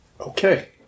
Okay